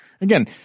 Again